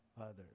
others